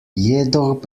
jedoch